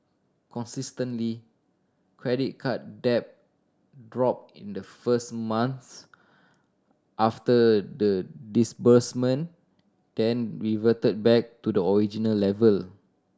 consistently credit card debt dropped in the first month after the disbursement then reverted back to the original level